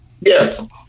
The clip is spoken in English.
Yes